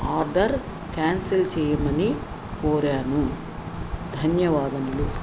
order cancel చెయ్యమని కోరాను ధన్యవాదములు